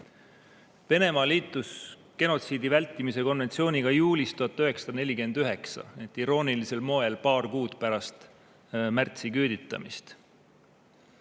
liitus genotsiidi vältimise konventsiooniga juulis 1949, nii et iroonilisel moel paar kuud pärast märtsiküüditamist.